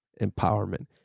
empowerment